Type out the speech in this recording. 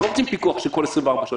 אנחנו לא רוצים פיקוח כל 24 שעות.